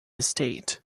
estate